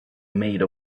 made